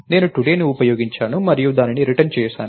నేను today ని ఉపయోగించాను మరియు దానిని రిటర్న్ చేశాను